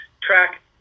track